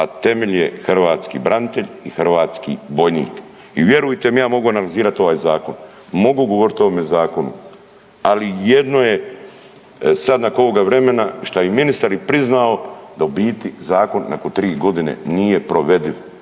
a temelj je hrvatski branitelj i hrvatski vojnik i vjerujte mi ja mogu analizirati ovaj zakon, mogu govoriti o ovome zakonu, ali jedno je sad nakon ovoga vremena šta i ministar priznao da u biti Zakon nakon tri godine nije provediv.